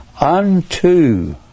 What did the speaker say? unto